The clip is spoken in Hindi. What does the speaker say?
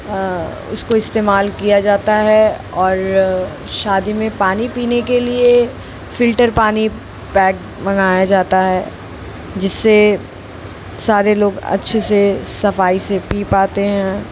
उसको इस्तेमाल किया जाता है और शादी में पानी पीने के लिए फ़िल्टर पानी पैक मंगाया जाता है जिससे सारे लोग अच्छे से सफ़ाई से पी पाते हैं